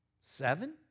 Seven